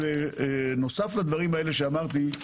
בנוסף לדברים שאמרתי,